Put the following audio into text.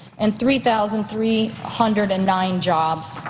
and three thousand three hundred and nine jobs.